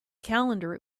calendar